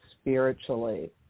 spiritually